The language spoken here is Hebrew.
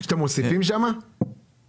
שם אתם מוסיפים פרקליטים?